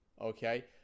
okay